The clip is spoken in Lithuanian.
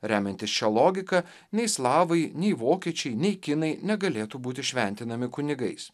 remiantis šia logika nei slavai nei vokiečiai nei kinai negalėtų būti šventinami kunigais